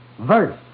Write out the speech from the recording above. verse